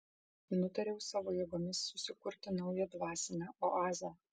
nutariau savo jėgomis susikurti naują dvasinę oazę